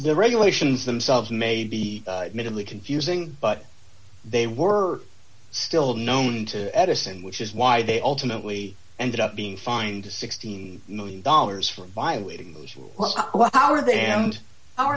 the regulations themselves may be minimally confusing but they were still known to edison which is why they ultimately ended up being fined a sixteen million dollars for violating the usual how are they and